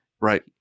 Right